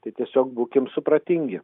tai tiesiog būkim supratingi